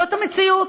זאת המציאות.